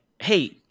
Hey